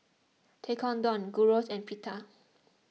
Tekkadon Gyros and Pita